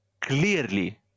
clearly